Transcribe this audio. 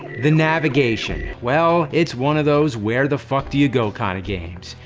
the navigation? well, it's one of those where the fuck do you go? kind of games.